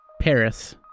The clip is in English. Paris